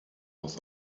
was